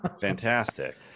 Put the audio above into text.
fantastic